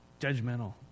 judgmental